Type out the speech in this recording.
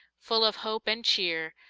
full of hope and cheer,